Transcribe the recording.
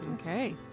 Okay